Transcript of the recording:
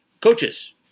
Coaches